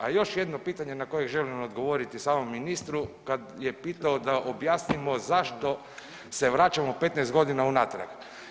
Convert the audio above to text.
A još jedno pitanje na koje želim odgovoriti samom ministru, kada je pitao da objasnimo zašto se vraćamo 15 godina unatrag.